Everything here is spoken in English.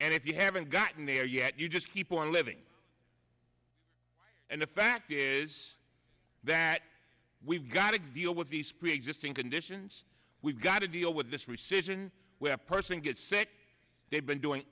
and if you haven't gotten there yet you just keep on living and the fact is that we've got example with these preexisting conditions we've got to deal with this recession where a person gets sick they've been doing